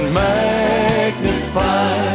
magnify